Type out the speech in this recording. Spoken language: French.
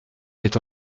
est